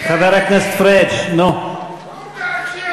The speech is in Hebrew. זו המדינה שלהם.